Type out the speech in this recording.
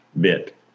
bit